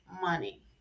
money